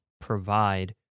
provide